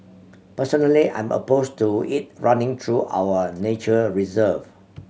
personally I'm opposed to it running through our nature reserve